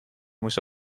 moest